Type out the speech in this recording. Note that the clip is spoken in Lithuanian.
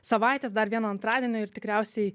savaitės dar vieno antradienio ir tikriausiai